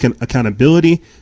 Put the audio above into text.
accountability